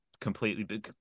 Completely